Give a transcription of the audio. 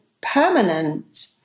permanent